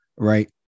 right